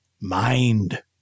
mind